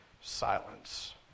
silence